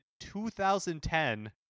2010